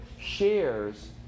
shares